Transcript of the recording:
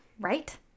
Right